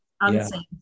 unseen